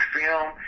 film